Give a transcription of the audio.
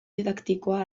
didaktikoa